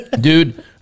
dude